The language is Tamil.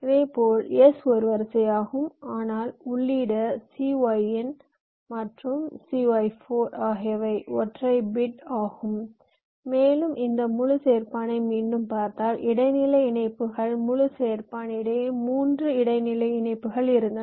இதேபோல் s ஒரு வரிசையாகும் ஆனால் உள்ளீடு cy in மற்றும் வெளியீடு cy4 ஆகியவை ஒற்றை பிட் ஆகும் மேலும் இந்த முழு சேர்பானை மீண்டும் பார்த்தால் இடைநிலை இணைப்புகள் முழு சேர்ப்பான் இடையே 3 இடைநிலை இணைப்புகள் இருந்தன